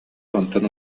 онтон